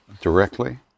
directly